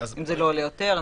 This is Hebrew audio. אם זה לא עולה יותר.